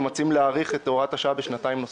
ומציעים להאריך את הוראת השעה בשנתיים נוספות.